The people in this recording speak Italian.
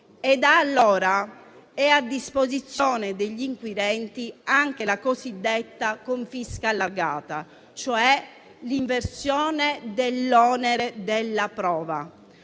e da allora è a disposizione degli inquirenti anche la cosiddetta confisca allargata, cioè l'inversione dell'onere della prova.